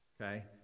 okay